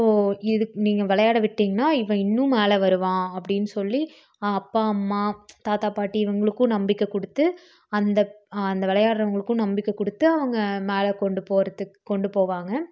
so இதுக்கு நீங்கள் விளையாட விட்டிங்கன்னா இவன் இன்னும் மேலே வருவான் அப்படின்னு சொல்லி அப்பா அம்மா தாத்தா பாட்டி இவங்களுக்கும் நம்பிக்கை கொடுத்து அந்த ஆ அந்த விளையாட்றவுங்களுக்கும் நம்பிக்கை கொடுத்து அவங்க மேலே கொண்டு போகறத்துக் கொண்டு போவாங்க